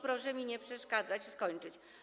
Proszę mi nie przeszkadzać i dać skończyć.